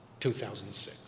2006